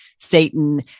Satan